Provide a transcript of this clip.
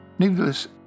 Needless